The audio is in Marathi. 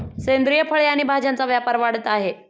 सेंद्रिय फळे आणि भाज्यांचा व्यापार वाढत आहे